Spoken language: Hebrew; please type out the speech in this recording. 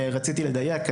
רציתי לדייק,